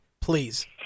Please